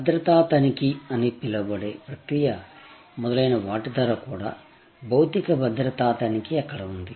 భద్రతా తనిఖీ అని పిలవబడే ప్రక్రియ మొదలైన వాటి ద్వారా కూడా భౌతిక భద్రతా తనిఖీ అక్కడ ఉంది